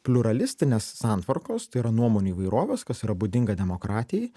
pliuralistinės santvarkos tai yra nuomonių įvairovės kas yra būdinga demokratijai